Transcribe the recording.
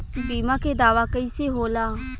बीमा के दावा कईसे होला?